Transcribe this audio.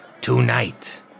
tonight